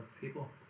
people